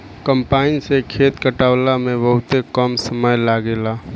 combine से खेत कटावला में बहुते कम समय लागेला